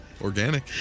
Organic